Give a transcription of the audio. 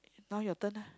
now your turn